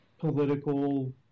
political